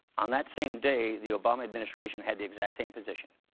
on that same day, the obama administration had the exact same position.